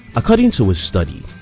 according to a study,